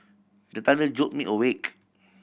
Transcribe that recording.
the thunder jolt me awake